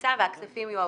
תבוצע והכספים יועברו.